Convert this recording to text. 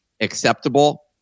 acceptable